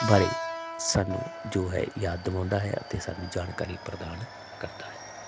ਬਾਰੇ ਸਾਨੂੰ ਜੋ ਹੈ ਯਾਦ ਦਵਾਉਂਦਾ ਹੈ ਅਤੇ ਸਾਨੂੰ ਜਾਣਕਾਰੀ ਪ੍ਰਦਾਨ ਕਰਦਾ ਹੈ